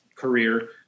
career